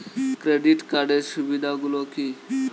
Credit কার্ডের সুবিধা গুলো কি?